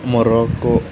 Morocco